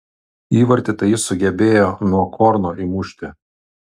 įvartį tai jis sugebėjo nuo korno įmušti